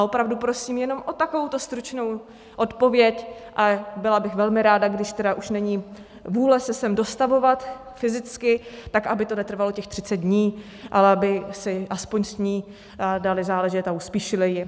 Opravdu prosím jenom o takovouto stručnou odpověď a byla bych velmi ráda, když už není vůle se sem dostavovat fyzicky, tak aby to netrvalo těch 30 dní, ale aby si aspoň s ní dali záležet a uspíšili ji.